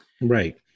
right